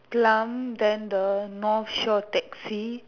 plum then the North shore taxi